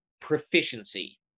proficiency